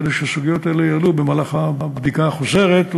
כדי שהסוגיות האלה יעלו בבדיקה החוזרת,